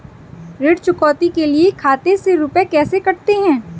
ऋण चुकौती के लिए खाते से रुपये कैसे कटते हैं?